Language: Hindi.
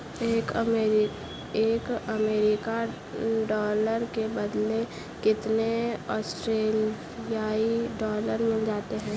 एक अमेरिकी डॉलर के बदले कितने ऑस्ट्रेलियाई डॉलर मिल सकते हैं?